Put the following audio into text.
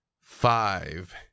five